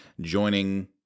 joining